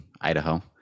Idaho